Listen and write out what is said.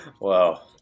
Wow